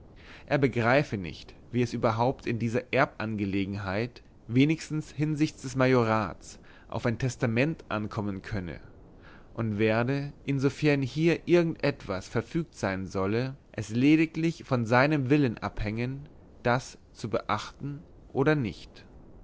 er begreife nicht wie es überhaupt in dieser erbangelegenheit wenigstens hinsichts des majorats auf ein testament ankommen könne und werde insofern hier irgend etwas verfügt sein solle es lediglich von seinem willen abhängen das zu beachten oder nicht